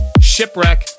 Shipwreck